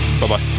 Bye-bye